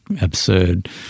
absurd